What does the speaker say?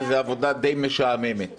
וזו עבודה די משעממת.